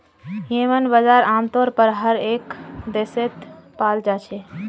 येम्मन बजार आमतौर पर हर एक देशत पाल जा छे